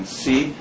see